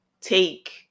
take